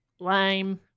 lame